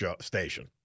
station